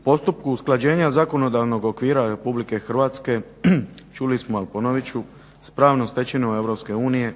U postupku usklađenja zakonodavnog okvira Republike Hrvatske čuli smo ali ponovit ću, s pravnom stečevinom Europske unije